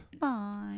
Bye